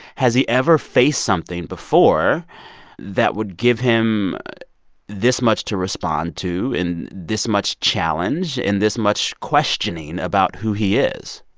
has he ever faced something before that would give him this much to respond to and this much challenge and this much questioning about who he is?